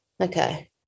okay